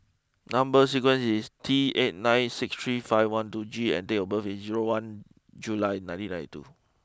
number sequence is T eight nine six three five one two G and date of birth is zero one July nineteen ninety two